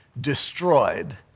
destroyed